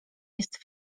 jest